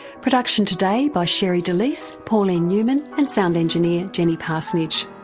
production today by sherre delys, pauline newman and sound engineer jenny parsonage.